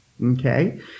Okay